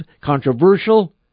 controversial